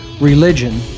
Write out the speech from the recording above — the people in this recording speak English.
religion